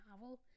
novel